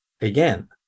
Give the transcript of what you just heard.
again